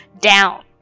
down